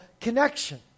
connection